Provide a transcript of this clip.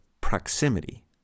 proximity